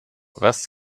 was